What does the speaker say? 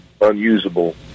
unusable